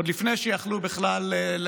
עוד לפני שיכלו בכלל,